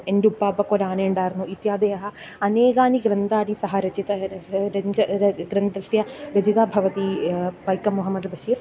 एण्डुप्पापकोरानेन्डार् इत्यादयः अनेकानि ग्रन्थानि सः रचितः ग्रन्थस्य रचयिता भवति पैकम् मोहम्मद् बशीर्